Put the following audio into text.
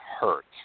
hurts